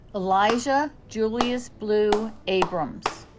elijah juliusblu abrams